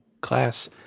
class